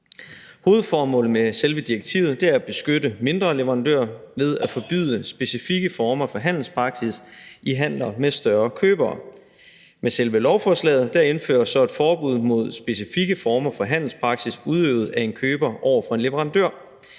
Hovedformålet med selve direktivet er at beskytte mindre leverandører ved at forbyde specifikke former for handelspraksis i handler med større købere. Med selve lovforslaget indføres så et forbud mod specifikke former for handelspraksis udøvet af en køber over for en leverandør.